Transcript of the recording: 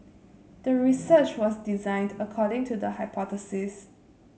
the research was designed according to the hypothesis